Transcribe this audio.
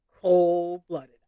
cold-blooded